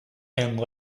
and